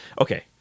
Okay